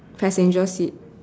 passenger seat